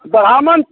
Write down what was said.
ब्राह्मण